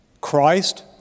Christ